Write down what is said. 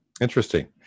Interesting